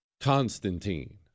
Constantine